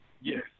Yes